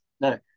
No